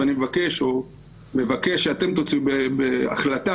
ואני מבקש שאתם תצאו בהחלטה,